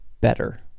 better